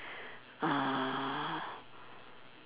uh